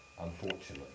Unfortunately